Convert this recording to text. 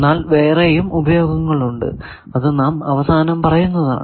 എന്നാൽ വേറെയും ഉപയോഗങ്ങൾ ഉണ്ട് അത് നാം അവസാനം പറയുന്നതാണ്